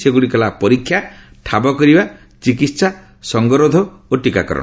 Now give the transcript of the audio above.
ସେଗୁଡ଼ିକ ହେଲା ପରୀକ୍ଷା ଠାବ କରିବା ଚିକିତ୍ସା ସଙ୍ଗରୋଧ ଓ ଟିକାକରଣ